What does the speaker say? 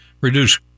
reduce